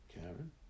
Karen